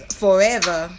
forever